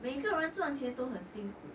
每个人赚钱都很辛苦